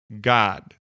God